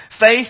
Faith